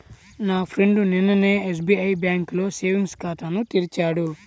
నా ఫ్రెండు నిన్ననే ఎస్బిఐ బ్యేంకులో సేవింగ్స్ ఖాతాను తెరిచాడు